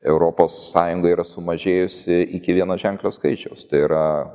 europos sąjungoj yra sumažėjusi iki vienaženklio skaičiaus tai yra